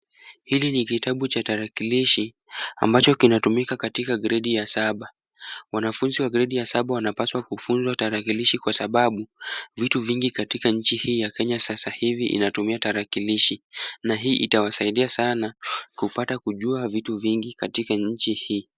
Hili ni kitabu cha tarakilishi ambacho kinatumika katika gredi ya saba, wanafunzi wa gredi ya saba wanapaswa kufunzwa tarakilishi kwa sababu, vitu vingi katika nchi hii ya Kenya sasa hivi inatumia tarakilishi na hii itawasaidia sana kupata kujua vitu vingi katika nchi hii.